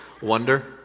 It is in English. wonder